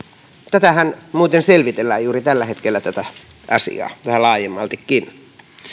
tätä asiaahan muuten selvitellään juuri tällä hetkellä vähän laajemmaltikin